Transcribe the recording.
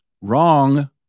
Wrong